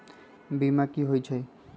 बीमा कि होई छई?